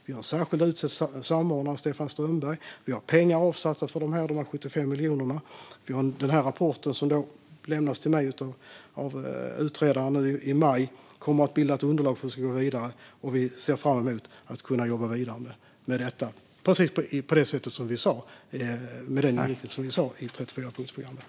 Vi har utsett en särskild samordnare, Stefan Strömberg. Vi har pengar avsatta för detta - 75 miljoner. Den rapport som lämnas till mig i maj av utredaren kommer att bilda ett underlag för hur vi ska gå vidare. Vi ser fram emot att kunna jobba vidare med detta precis på det sätt som vi sa, med den inriktning som var i 34-punktsprogrammet.